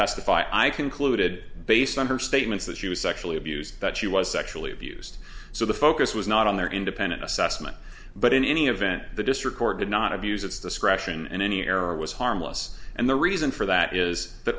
testify i concluded based on her statements that she was sexually abused that she was sexually abused so the focus was not on their independent assessment but in any event the district court did not abuse its discretion and any error was harmless and the reason for that is that